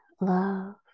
love